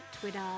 Twitter